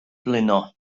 blino